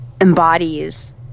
embodies